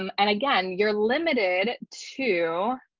um and again, you're limited to